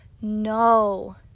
No